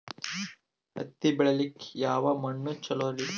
ಹತ್ತಿ ಬೆಳಿಲಿಕ್ಕೆ ಯಾವ ಮಣ್ಣು ಚಲೋರಿ?